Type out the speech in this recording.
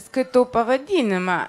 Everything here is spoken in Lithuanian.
skaitau pavadinimą